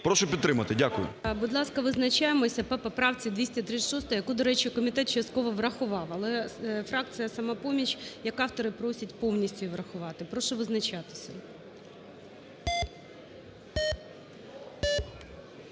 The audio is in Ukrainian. Прошу підтримати. Дякую. ГОЛОВУЮЧИЙ. Будь ласка, визначаємося по поправці 236, яку, до речі, комітет частково врахував. Але фракція "Самопоміч" як автори просять повністю її врахувати. Прошу визначатися.